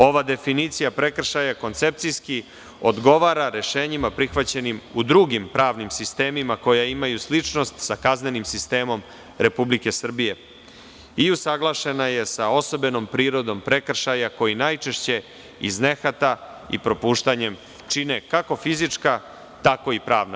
Ova definicija prekršaja koncepcijski odgovara rešenjima prihvaćenim u drugim pravnim sistemima koja imaju sličnost sa kaznenim sistemom Republike Srbije i usaglašena je sa osobenom prirodom prekršaja, koji najčešće iz nehata i propuštanjem čine, kako fizička, tako i pravna